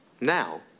Now